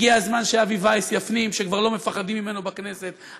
הגיע הזמן שאבי וייס יפנים שכבר לא מפחדים ממנו בכנסת,